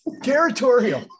Territorial